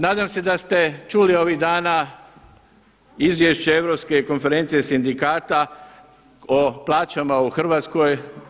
Nadam se da ste čuli ovih dana izvješće Europske konferencije sindikata o plaćama u Hrvatskoj.